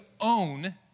own